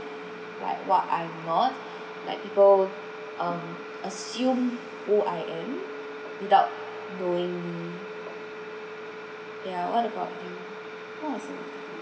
like what I'm not like people um assume who I am without knowing yeah what about you what was it